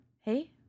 hey